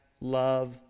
love